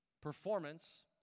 performance